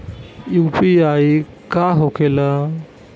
UPI का होके ला?